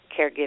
caregiving